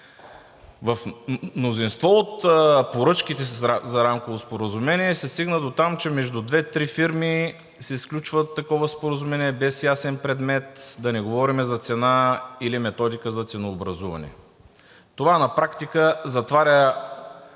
В мнозинство от поръчките за рамково споразумение се стигна дотам, че между две-три фирми се сключва такова споразумение без ясен предмет, да не говорим за цена или методика за ценообразуване. Това на практика затваря